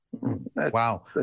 wow